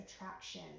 attraction